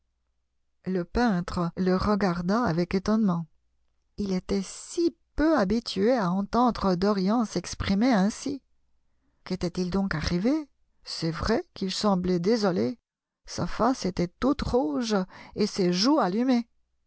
le peintre le regarda avec étonnement il était si peu habitué à entendre dorian s'exprimer ainsi qu'était-il donc arrivé c'est vrai qu'il semblait désolé sa face était toute rouge et ses joues allumées